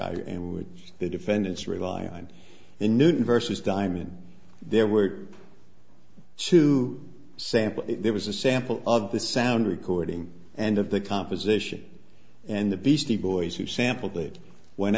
which the defendants rely on the newton versus diamond there were to sample there was a sample of the sound recording and of the composition and the beastie boys who sampled it went